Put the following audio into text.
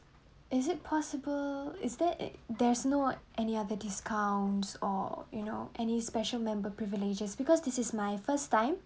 is it possible is there any there's no any other discounts or you know any special member privileges because this is my first time